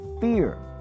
fear